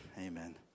Amen